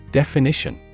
definition